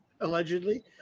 Allegedly